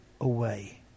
away